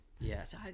Yes